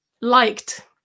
liked